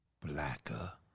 blacker